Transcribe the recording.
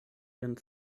ihren